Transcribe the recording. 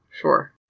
sure